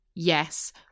Yes